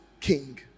king